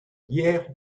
hier